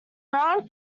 brown